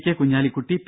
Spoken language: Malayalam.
K Kunhalikutty P